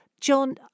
John